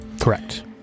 Correct